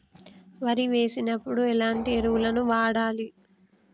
వరి వేసినప్పుడు ఎలాంటి ఎరువులను వాడాలి?